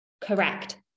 correct